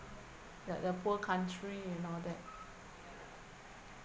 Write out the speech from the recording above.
like the poor country and all that